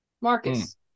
Marcus